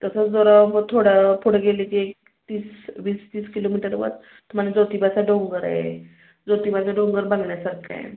तसंच जर मग थोडा वेळ पुढं गेलं की तीस वीसतीस किलोमीटरवर तुम्हाला जोतिबाचा डोंगर आहे जोतिबाचा डोंगर बघण्यासारखा आहे